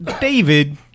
David